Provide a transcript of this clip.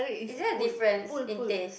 is there a difference in teh